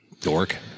Dork